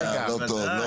אה לא טוב,